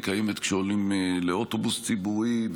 היא קיימת כשעולים לאוטובוס ציבורי,